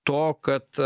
to kad